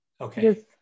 okay